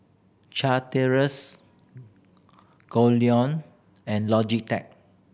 Chateraise Goldlion and Logitech